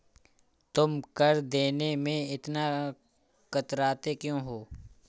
तुम कर देने में इतना कतराते क्यूँ हो?